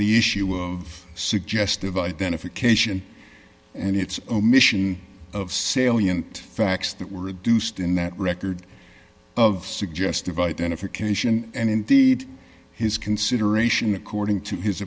the issue of suggestive identification and its omission of salient facts that were reduced in that record of suggestive identification and indeed his consideration according to his